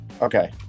Okay